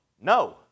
No